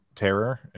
terror